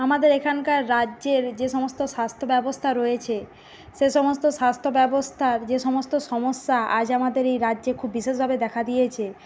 আমাদের এখানকার রাজ্যের যে সমস্ত স্বাস্থ্য ব্যবস্থা রয়েছে সে সমস্ত স্বাস্থ্য ব্যবস্থার যে সমস্ত সমস্যা আজ আমাদের এই রাজ্যে খুব বিশেষভাবে দেখা দিয়েছে